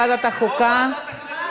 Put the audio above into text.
בוועדת חוקה.